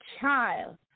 child